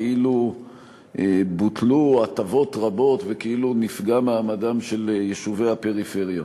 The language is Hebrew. כאילו בוטלו הטבות רבות וכאילו נפגע מעמדם של יישובי הפריפריה.